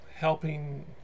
helping